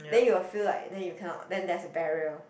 then you will feel like that you cannot then there's a barrier